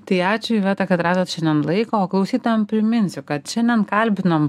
tai ačiū iveta kad radot šiandien laiko o klausytojam priminsiu kad šiandien kalbinom